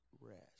rest